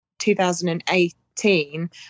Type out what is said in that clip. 2018